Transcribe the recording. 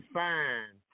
fine